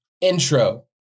Intro